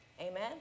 amen